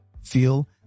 feel